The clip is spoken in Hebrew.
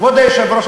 כבוד היושב-ראש,